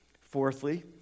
Fourthly